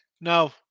no